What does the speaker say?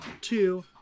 two